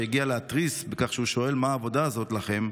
שהגיע להתריס בכך שהוא שואל "מה העבודה הזאת לכם?"